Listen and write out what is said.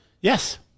Yes